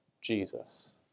Jesus